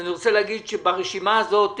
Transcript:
אני רוצה להגיד ארז,